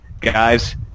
guys